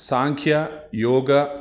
साङ्ख्यः योगः